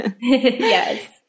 Yes